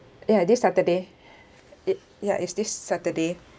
ya this saturday it ya is this saturday